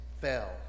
fell